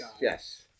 yes